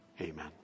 amen